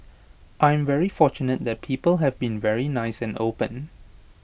I am very fortunate that people have been very nice and open